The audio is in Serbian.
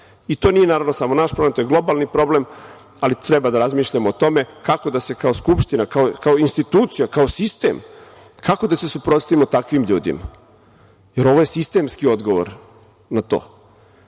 i to naravno nije samo naš problem, to je globalni problem, ali treba da razmišljamo o tome kako da se kao Skupština, kao institucija, kao sistem suprotstavimo takvim ljudima, jer ovo je sistemski odgovor na